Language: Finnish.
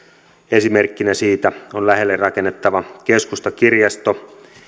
esimerkkinä siitä on lähelle rakennettava keskustakirjasto